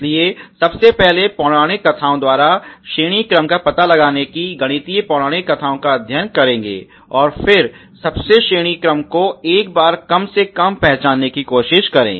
इसलिए सबसे पहले पौराणिक कथाओं द्वारा श्रेणी क्रम का पता लगाने की गणितीय पौराणिक कथाओं का अध्ययन करें और फिर सबसे श्रेणी क्रम को एक बार कम से कम पहचानने की कोशिश करें